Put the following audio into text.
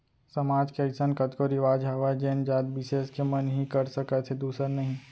समाज के अइसन कतको रिवाज हावय जेन जात बिसेस के मन ही कर सकत हे दूसर नही